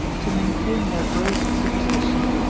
to maintain their gross superstition,